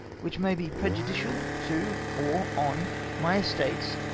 which may be prejudicial to or on my estates,